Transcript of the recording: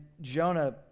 Jonah